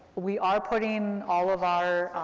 we are putting all of our,